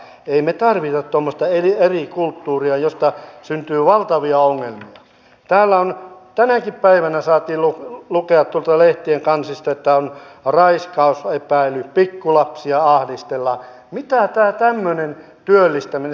jimi tarvinnuttomasta eli eri kulttuuria josta syntyy valtavia olemme toinen on nyt tänäkin päivänä saatiin lukea pitkäaikaistyöttömät joista mietin mikä on se tulevaisuuden rahoitusmalli ja ohjaus kunnille